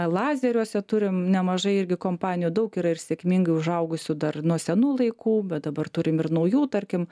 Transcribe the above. lazeriuose turim nemažai irgi kompanijų daug yra ir sėkmingai užaugusių dar nuo senų laikų bet dabar turim ir naujų tarkim